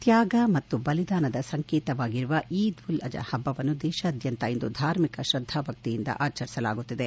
ತ್ಡಾಗ ಮತ್ತು ಬಲಿದಾನದ ಸಂಕೇತವಾಗಿರುವ ಈದ್ ಉಲ್ ಜುಹಾ ಹಬ್ಬವನ್ನು ದೇಶಾದ್ದಂತ ಇಂದು ಧಾರ್ಮಿಕ ಶ್ರದ್ವಾಭಕ್ತಿಯಿಂದ ಆಚರಿಸಲಾಗುತ್ತಿದೆ